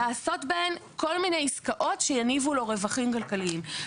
לעשות בהן כל מיני עסקאות שיניבו לו רווחים כלכליים.